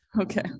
okay